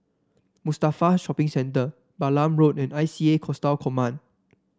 Mustafa Shopping Centre Balam Road and I C A Coastal Command